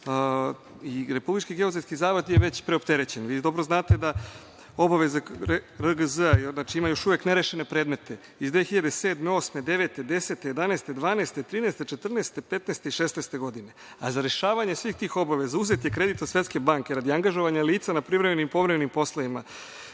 Republički geodetski zavod je već preopterećen. Vi dobro znate da obaveze RGZ ima još uvek nerešene predmete iz 2007, 2008, 2009, 2010, 2011, 2012, 2013, 2014, 2015. i 2016. godine, a za rešavanje svih tih obaveza uzet je kredit od Svetske banke radi angažovanja lica na privremenim i povremenim poslovima. Tako